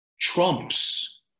trumps